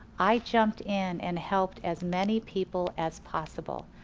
i jumped in and helped as many people as possible.